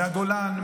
מהגולן,